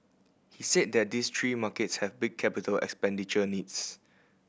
he said that these three markets have big capital expenditure needs